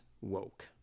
woke